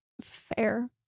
fair